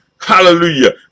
Hallelujah